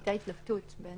הייתה התלבטות בין